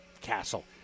castle